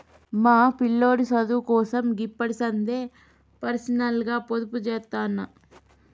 మా పిల్లోడి సదువుకోసం గిప్పడిసందే పర్సనల్గ పొదుపుజేత్తన్న